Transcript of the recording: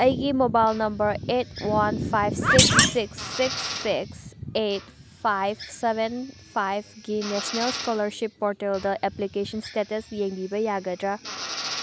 ꯑꯩꯒꯤ mobile number eight one five six six six six eight five seven ꯐꯥꯏꯚꯒꯤ national scholarship ꯄꯣꯔꯇꯦꯜꯗ application status ꯌꯦꯡꯕꯤꯕ ꯌꯥꯒꯗ꯭ꯔꯥ